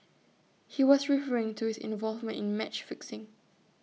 he was referring to his involvement in match fixing